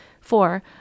four